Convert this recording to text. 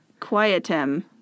quietem